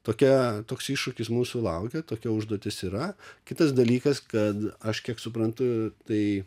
tokia toks iššūkis mūsų laukia tokia užduotis yra kitas dalykas kad aš kiek suprantu tai